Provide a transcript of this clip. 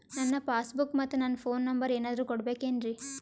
ನನ್ನ passbook ಮತ್ ನನ್ನ ಫೋನ್ ನಂಬರ್ ಏನಾದ್ರು ಕೊಡಬೇಕೆನ್ರಿ?